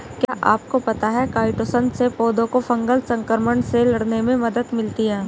क्या आपको पता है काइटोसन से पौधों को फंगल संक्रमण से लड़ने में मदद मिलती है?